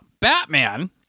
Batman